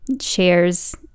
shares